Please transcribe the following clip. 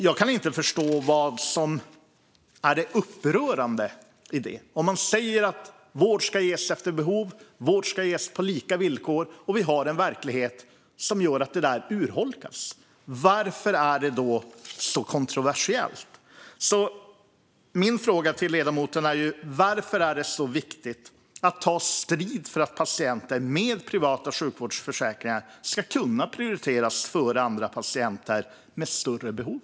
Jag kan inte förstå vad som är det upprörande i det. Om man säger att vård ska ges efter behov och på lika villkor men har en verklighet som gör att det urholkas, varför är det då så kontroversiellt? Min fråga till ledamoten är varför det är så viktigt att ta strid för att patienter med privata sjukvårdsförsäkringar ska kunna prioriteras före andra patienter med större behov.